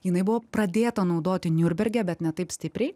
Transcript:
jinai buvo pradėta naudoti niurnberge bet ne taip stipriai